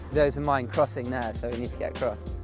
those are mine crossing now so we need to get across.